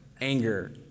anger